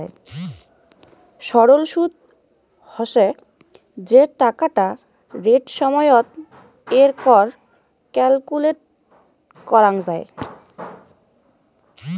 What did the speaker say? সরল সুদ হসে যে টাকাটা রেট সময়ত এর কর ক্যালকুলেট করাঙ যাই